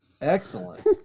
Excellent